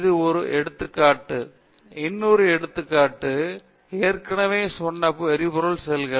இது ஒரு எடுத்துக்காட்டு இன்னொரு எடுத்துக்காட்டு ஏற்கெனவே சொன்ன எரிபொருள் செல்கள்